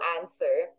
answer